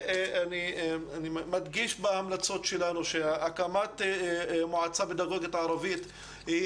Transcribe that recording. אני מדגיש בהמלצות שלנו שהקמת מועצה פדגוגית ערבית היא